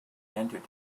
entered